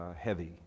heavy